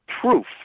proof